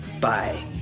Bye